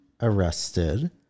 arrested